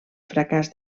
fracàs